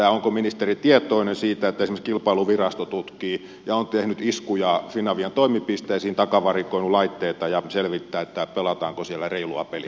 onko ministeri tietoinen siitä että esimerkiksi kilpailuvirasto on tehnyt iskuja fin avian toimipisteisiin takavarikoinut laitteita ja selvittää pelataanko siellä reilua peliä